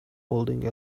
holding